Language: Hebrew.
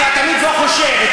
אתה תמיד לא חושב.